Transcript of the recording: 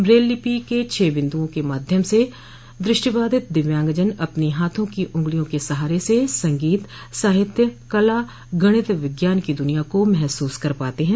Braille लिपि के छह बिन्दुओं के माध्यम से दृष्टिबाधित दिव्यांगजन अपनी हाथों की उंगलिया के सहारे से संगीत साहित्य कला गणित विज्ञान की दुनिया को महसूस कर पाते हैं